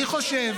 אני חושב